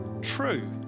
true